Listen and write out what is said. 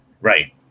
right